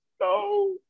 No